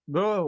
Bro